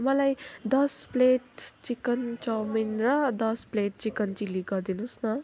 मलाई दस plate chicken chowmein र दस प्लेट चिकन चिल्ली गरिदिनुहोस् न